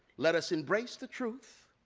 let us embrace the truth,